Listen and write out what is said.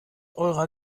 eurer